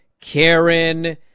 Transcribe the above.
Karen